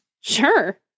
Sure